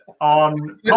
on